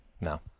no